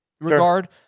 regard